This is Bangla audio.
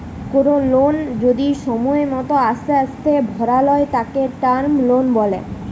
কোনো লোন যদি সময় মতো আস্তে আস্তে ভরালয় তাকে টার্ম লোন বলে